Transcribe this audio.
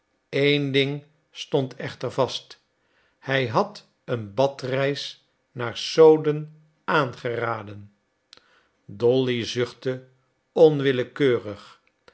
eén ding stond echter vast hij had een badreis naar soden aangeraden dolly zuchtte onwillekeurig